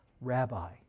rabbi